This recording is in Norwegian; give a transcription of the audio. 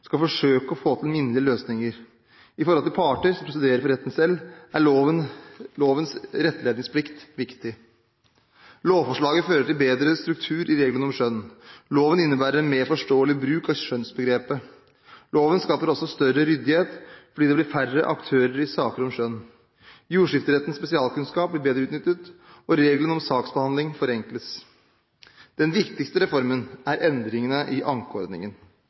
skal forsøke å få til minnelige løsninger. Med hensyn til parter som selv prosederer for retten, er lovens rettledningsplikt viktig. Lovforslaget fører til bedre struktur i reglene om skjønn. Loven innebærer en mer forståelig bruk av skjønnsbegrepet. Loven skaper også større ryddighet fordi det blir færre aktører i saker om skjønn. Jordskifterettens spesialkunnskap blir bedre utnyttet, og reglene om saksbehandling forenkles. Den viktigste reformen er endringene i ankeordningen.